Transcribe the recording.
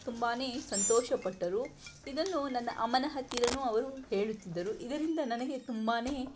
ತುಂಬಾ ಸಂತೋಷಪಟ್ಟರು ಇದನ್ನು ನನ್ನ ಅಮ್ಮನ ಹತ್ತಿರವೂ ಅವರು ಹೇಳುತ್ತಿದ್ದರು ಇದರಿಂದ ನನಗೆ ತುಂಬಾ